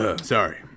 Sorry